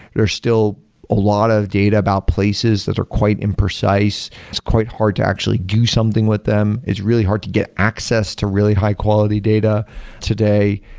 but still a lot of data about places that are quite imprecise. it's quite hard to actually do something with them. it's really hard to get access to really high quality data today.